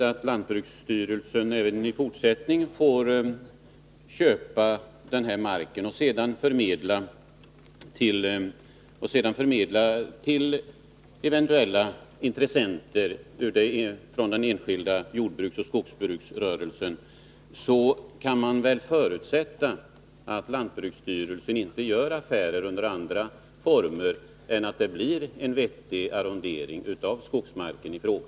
Om lantbruksstyrelsen även i fortsättningen får köpa den här marken och sedan förmedla den till intressenter från den enskilda jordbruksoch skogsbruksrörelsen, kan man väl förutsätta att lantbruksstyrelsen inte gör affärer under andra former än att det blir en vettig arrondering av skogsmarken i fråga!